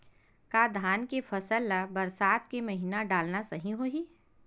का धान के फसल ल बरसात के महिना डालना सही होही?